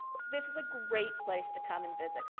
this is a great place to come and visit.